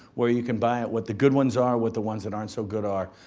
where you can buy it, what the good ones are, what the ones that aren't so good are.